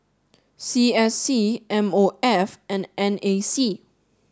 C S C M O F and N A C